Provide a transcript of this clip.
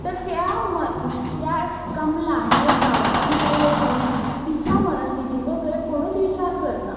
तर त्या त्या कमला ही एक गांवांतली बाई आसून तिच्या मनस्थितीचो थंय कोणूच विचार करना